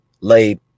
lay